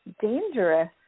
dangerous